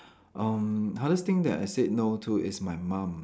um hardest thing that I said no to is my mum